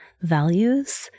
values